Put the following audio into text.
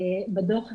בדוח הספציפי,